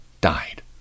died